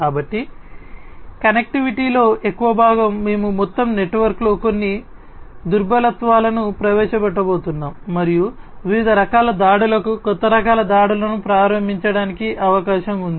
కాబట్టి కనెక్టివిటీలో ఎక్కువ భాగం మేము మొత్తం నెట్వర్క్లో కొన్ని దుర్బలత్వాలను ప్రవేశపెట్టబోతున్నాం మరియు వివిధ రకాల దాడులకు కొత్త రకాల దాడులను ప్రారంభించటానికి అవకాశం ఉంది